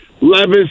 Levis